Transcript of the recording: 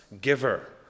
giver